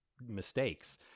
mistakes